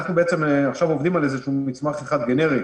אנחנו עובדים עכשיו על מסמך גנרי,